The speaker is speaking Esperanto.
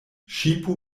ŝipo